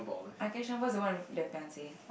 I catch no ball is the one with the fiance